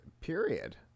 Period